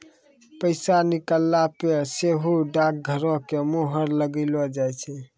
पैसा निकालला पे सेहो डाकघरो के मुहर लगैलो जाय छै